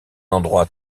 endroit